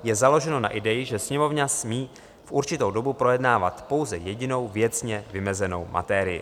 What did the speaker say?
Je založeno na ideji, že Sněmovna smí v určitou dobu projednávat pouze jedinou věcně vymezenou materii.